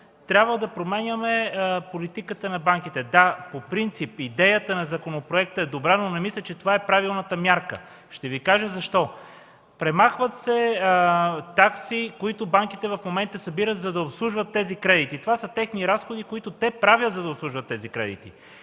трябва да променяме политиката на банките? Да, по принцип идеята на законопроекта е добра, но не мисля, че това е правилната мярка. Ще Ви кажа защо. Премахват се такси, които банките в момента събират, за да обслужват тези кредити. Това са техни разходи, които те правят, за да обслужват тези кредити.